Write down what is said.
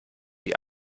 die